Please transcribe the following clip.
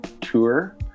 tour